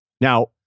Now